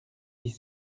dix